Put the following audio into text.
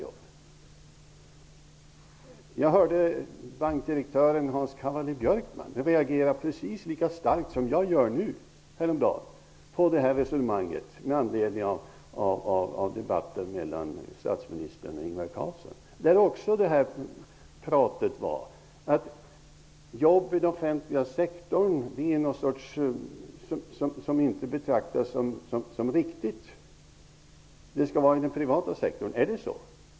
Jag hörde häromdagen bankdirektör Hans Cavalli Björkman reagera lika starkt som jag nu gör, med anledning av debatten mellan statsministern och Ingvar Carlsson, där det också talades om att jobb i den offentliga sektorn inte betraktas som ''riktiga'', utan att det skall vara jobb i den privata sektorn. Är det så?